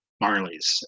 Marley's